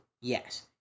Yes